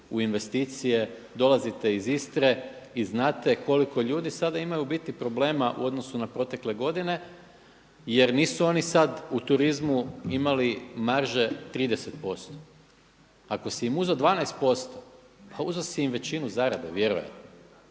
u investicije. Dolazite iz Istre i znate koliko ljudi u biti sada imaju problema u odnosu na protekle godine, jer nisu oni sad u turizmu imali marže 30%. Ako si im uzeo 12% a uzeo si im većinu zarade vjerojatno